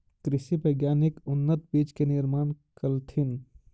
कृषि वैज्ञानिक उन्नत बीज के निर्माण कलथिन